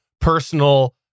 personal